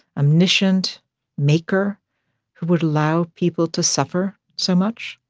omniscient maker who would allow people to suffer so much.